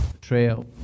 trail